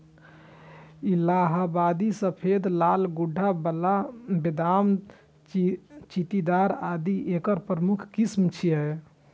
इलाहाबादी सफेदा, लाल गूद्दा बला, बेदाना, चित्तीदार आदि एकर प्रमुख किस्म छियै